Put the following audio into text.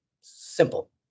Simple